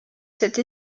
cette